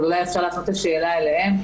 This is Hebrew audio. אולי אפשר להפנות את השאלה אליהם,